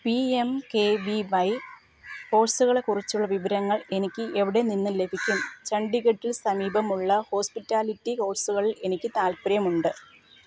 P M K V Y കോഴ്സുകളെ കുറിച്ചുള്ള വിവരങ്ങൾ എനിക്ക് എവിടെ നിന്ന് ലഭിക്കും ചണ്ഡീഗഡിൽ സമീപമുള്ള ഹോസ്പിറ്റാലിറ്റി കോഴ്സുകളിൽ എനിക്ക് താൽപ്പര്യമുണ്ട്